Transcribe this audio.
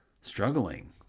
struggling